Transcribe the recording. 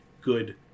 good